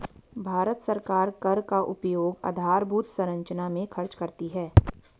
भारत सरकार कर का उपयोग आधारभूत संरचना में खर्च करती है